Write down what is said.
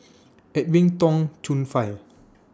Edwin Tong Chun Fai